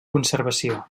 conservació